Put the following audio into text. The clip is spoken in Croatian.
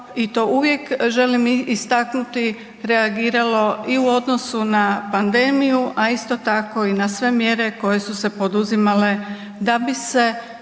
i to uvijek želim istaknuti reagiralo i u odnosu na pandemiju, a isto tako i na sve mjere koje su se poduzimale da bi se